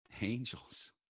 Angels